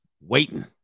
waiting